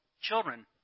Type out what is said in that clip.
children